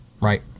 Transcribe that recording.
Right